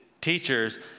teachers